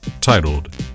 titled